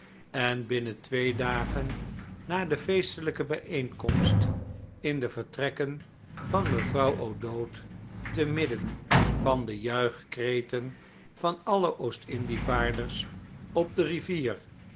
en binnen p twee dagen na de feestelijke bijeenkomst in de vertrekken van mevrouw o'dowd v p te midden van de juichkreten van alle oost indie vaarders op de rivier